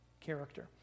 character